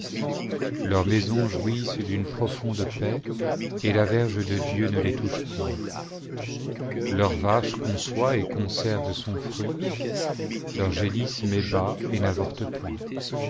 leurs maisons jouissent d'une profonde paix et la verge de dieu ne les touche point leurs vaches conçoit et conserve son fruit leur génisse met bas et n'avorte point